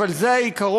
אבל זה העיקרון.